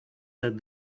said